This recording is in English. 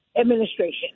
administration